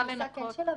לנקות.